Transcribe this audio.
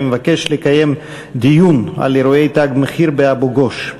אני מבקש לקיים דיון על אירועי 'תג מחיר' באבו-גוש.